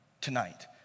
tonight